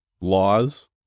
laws